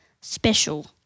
special